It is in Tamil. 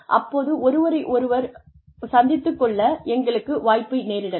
அப்போது ஒருவரையொருவர் மோதிக் கொள்ள நேரிடலாம்